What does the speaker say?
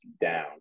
down